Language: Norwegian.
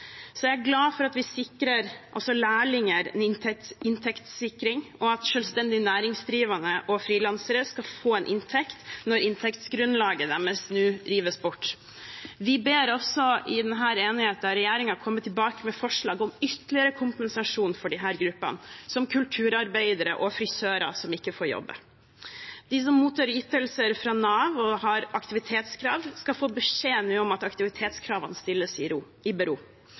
Jeg er glad for at vi sikrer også lærlinger en inntekt, og at selvstendig næringsdrivende og frilansere skal få en inntekt når inntektsgrunnlaget deres nå rives bort. Vi ber i denne enigheten også om at regjeringen kommer tilbake med forslag til ytterligere kompensasjon til disse gruppene, som kulturarbeidere og frisører, som ikke får jobbet. De som mottar ytelser fra Nav og har aktivitetskrav, skal nå få beskjed om at aktivitetskravene stilles i